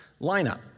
lineup